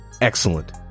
excellent